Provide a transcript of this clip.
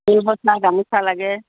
ফুলবচা গামোচা লাগে